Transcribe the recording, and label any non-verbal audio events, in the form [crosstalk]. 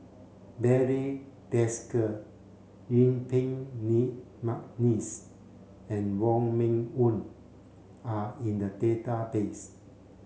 Barry Desker Yuen Peng [unintelligible] McNeice and Wong Meng Voon are in the database